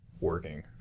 working